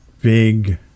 big